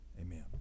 amen